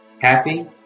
happy